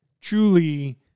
truly